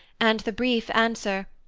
and the brief answer,